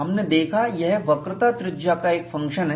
हमने देखा यह वक्रता त्रिज्या का एक फंक्शन है